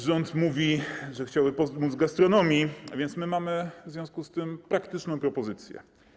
Rząd mówi, że chciałby pomóc gastronomii, więc mamy w związku z tym praktyczną propozycję.